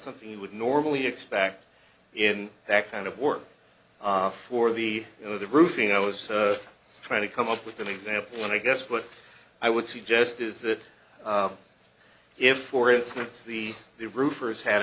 something you would normally expect in that kind of work for the you know the roofing i was trying to come up with an example when i guess what i would suggest is that if for instance the the roofers had